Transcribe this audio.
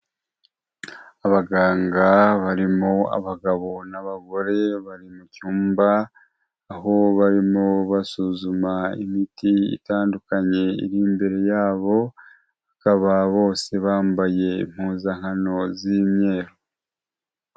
Abaganga barimo abagabo n'abagore bari mu cyumba, aho barimo basuzuma imiti itandukanye iri imbere yabo, bakaba bose bambaye impuzankano z'imyeru.